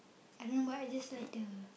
I don't know why I just like the